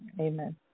Amen